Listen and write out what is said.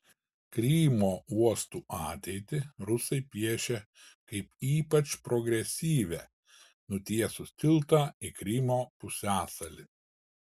krymo uostų ateitį rusai piešia kaip ypač progresyvią nutiesus tiltą į krymo pusiasalį